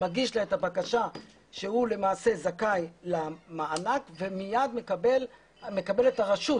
מגיש לה את הבקשה שהוא למעשה זכאי למענק ומיד מקבלת הרשות